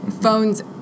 phones